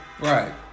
Right